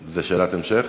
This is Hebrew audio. זאת שאלת המשך?